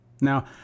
Now